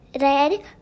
Red